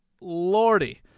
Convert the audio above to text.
lordy